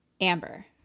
Amber